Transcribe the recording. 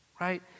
right